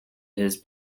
his